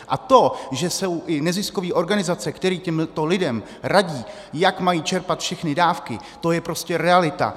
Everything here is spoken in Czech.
A to, že jsou i neziskové organizace, které těmto lidem radí, jak mají čerpat všechny dávky, to je prostě realita.